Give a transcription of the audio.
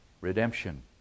Redemption